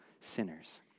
sinners